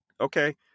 okay